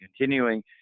continuing